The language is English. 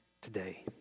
today